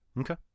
Okay